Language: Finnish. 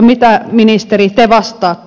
mitä ministeri te vastaatte